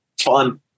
fun